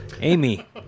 amy